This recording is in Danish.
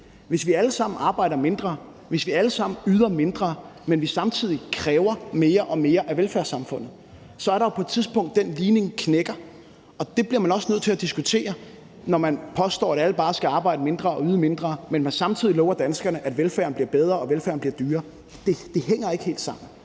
Hvis vi alle sammen arbejder mindre, hvis vi alle sammen yder mindre, men vi samtidig kræver mere og mere af velfærdssamfundet, er der jo et tidspunkt, hvor den ligning knækker. Det bliver man også nødt til at diskutere, når man påstår, at alle bare skal arbejde mindre og yde mindre, men samtidig lover danskerne, at velfærden bliver bedre og velfærden bliver dyrere. Det hænger ikke helt sammen.